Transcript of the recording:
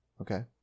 Okay